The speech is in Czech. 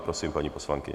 Prosím, paní poslankyně.